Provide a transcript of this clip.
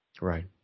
Right